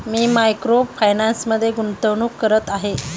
मी micro फायनान्समध्ये गुंतवणूक करत आहे